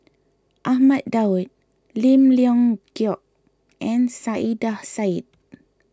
Ahmad Daud Lim Leong Geok and Saiedah Said